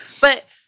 But-